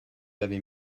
avez